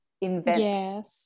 invent